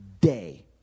day